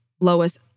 Lois